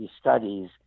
studies